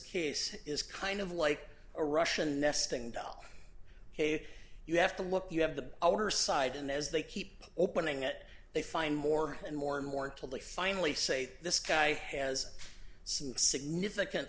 case is kind of like a russian nesting doll hey you have to look you have the outer side and as they keep opening it they find more and more and more until they finally say this guy has some significant